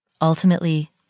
Ultimately